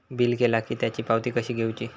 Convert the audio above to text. Bill केला की त्याची पावती कशी घेऊची?